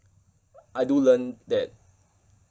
I do learn that